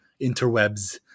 interwebs